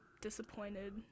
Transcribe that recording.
disappointed